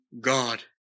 God